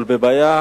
אבל מבעיה